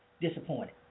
disappointed